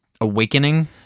Awakening